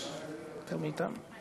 יותר מאתנו?